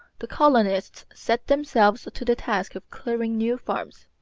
the colonists set themselves to the task of clearing new farms.